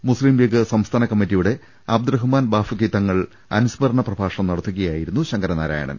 മുസ്ലിം League സംസ്ഥാന കമ്മിറ്റിയുടെ അബ്ദുറഹ്മാൻ ബാഫഖി തങ്ങൾ അനുസ്മരണ പ്രഭാഷണം നട്ടത്തുകയായിരുന്നു ശങ്കരനാ രായണൻ